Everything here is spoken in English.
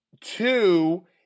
Two